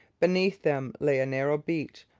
beneath them lay a narrow beach,